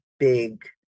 Big